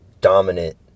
dominant